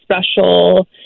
special